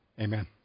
Amen